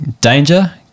Danger